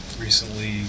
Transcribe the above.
recently